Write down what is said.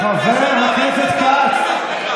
ראינו את הערכים שלך לפני שנה,